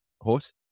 horse